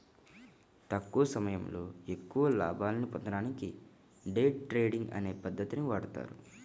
తక్కువ సమయంలో ఎక్కువ లాభాల్ని పొందడానికి డే ట్రేడింగ్ అనే పద్ధతిని వాడతారు